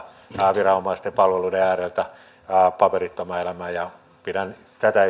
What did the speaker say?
viranomaisten palveluiden ääreltä paperittomaan elämään pidän tätä